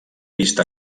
vist